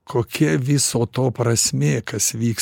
kokia viso to prasmė kas vyks